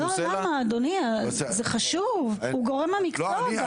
לא, למה אדוני?, זה חשוב, הוא גורם המקצוע.